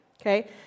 okay